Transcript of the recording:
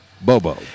Bobo